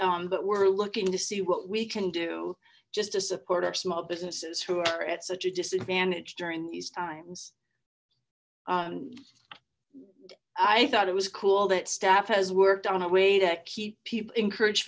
that but we're looking to see what we can do just to support our small businesses who are at such a disadvantage during these times i thought it was cool that staff has worked on a way that keep people encouraged